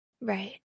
Right